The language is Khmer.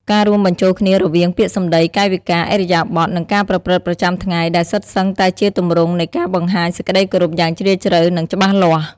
ការរួមបញ្ចូលគ្នារវាងពាក្យសម្ដី កាយវិការ ឥរិយាបថ និងការប្រព្រឹត្តប្រចាំថ្ងៃ ដែលសុទ្ធសឹងតែជាទម្រង់នៃការបង្ហាញសេចក្តីគោរពយ៉ាងជ្រាលជ្រៅ និងច្បាស់លាស់។